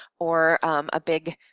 or a big,